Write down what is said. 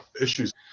issues